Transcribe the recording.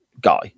guy